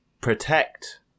protect